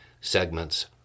segments